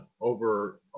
over